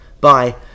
Bye